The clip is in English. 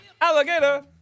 alligator